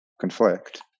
conflict